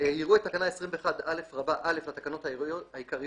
"יראו את תקנה 21א(א) לתקנות העיקריות,